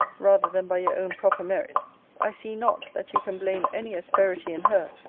rather than by your own proper merit i see not that you can blame any asperity in her,